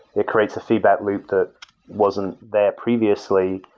it creates a feedback loop that wasn't there previously,